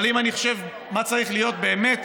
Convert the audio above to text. אבל אם אני חושב מה צריך להיות באמת